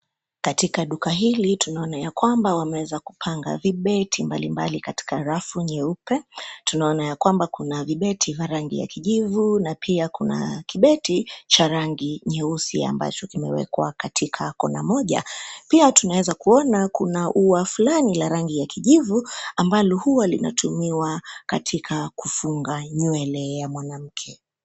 Katika duka hili tunaona ya kwamba wameweza kupanga vibeti mbalimbali katika rafu nyeupe. Tunaona ya kwamba kuna vibeti vya rangi ya kijivu na pia kuna kibeti cha rangi nyeusi ambacho kimewekwa katika kona moja. Pia tunaweza kuona kuna ua fulani la rangi ya kijivu ambalo huwa linatumiwa katika kufunga nywele ya mwanamke.